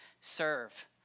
serve